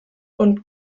und